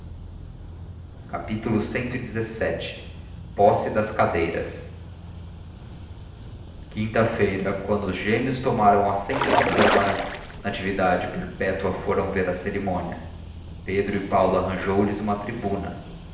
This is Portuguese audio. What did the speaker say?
assento quinta-feira cxvii posse das cadeiras quinta-feira quando os gêmeos tomaram assento na câmara natividade e perpétua foram ver a cerimônia pedro ou paulo arranjou lhes uma tribuna